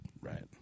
Right